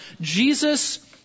Jesus